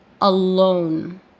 alone